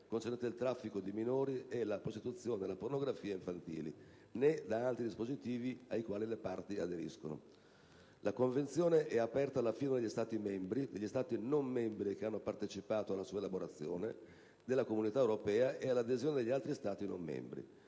concernente il traffico di minori e la prostituzione e la pornografia infantili, né da altri dispositivi ai quali le parti aderiscono. La Convenzione è aperta alla firma degli Stati membri, degli Stati non membri che hanno partecipato alla sua elaborazione e della Comunità europea, e all'adesione degli altri Stati non membri.